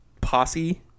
posse